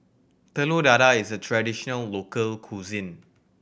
Telur Dadah is a traditional local cuisine